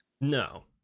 No